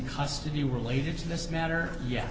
custody related to this matter ye